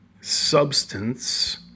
Substance